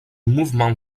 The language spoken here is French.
mouvement